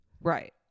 Right